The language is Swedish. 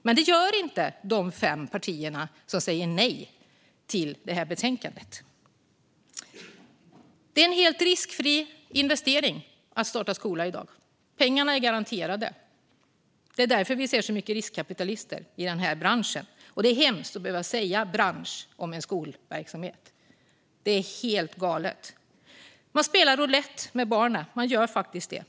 Men det gör inte de fem partier som säger nej till det här betänkandet. Det är en helt riskfri investering att starta skola i dag. Pengarna är garanterade. Det är därför vi ser så många riskkapitalister i den här branschen - och det är hemskt att behöva säga "bransch" om skolverksamhet. Det är helt galet. Man spelar roulett med barnen. Man gör faktiskt det.